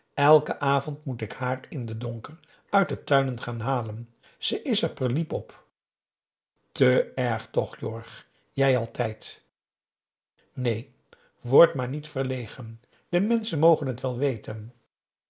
elken avond moet ik haar in den donker uit de tuinen gaan halen ze is er perliep op te erg toch jorg jij altijd neen word maar niet verlegen de menschen mogen het wel weten